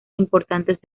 importantes